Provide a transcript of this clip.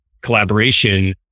collaboration